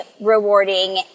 rewarding